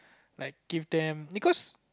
like give them because